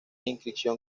inscripción